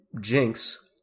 jinx